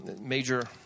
major